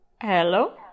Hello